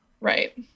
Right